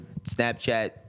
Snapchat